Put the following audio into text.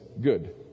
Good